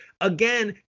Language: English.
Again